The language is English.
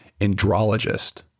andrologist